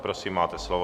Prosím, máte slovo.